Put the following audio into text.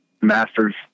masters